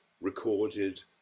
recorded